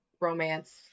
romance